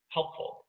helpful